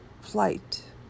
flight